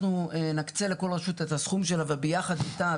אנחנו נקצה לכל רשות את הסכום שלה וביחד איתה,